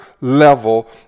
level